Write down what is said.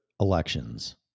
elections